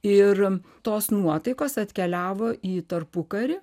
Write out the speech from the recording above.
ir tos nuotaikos atkeliavo į tarpukarį